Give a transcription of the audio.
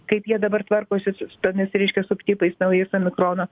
kaip jie dabar tvarkosi tomis ryškia subtipais naujais omikrono